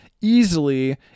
easily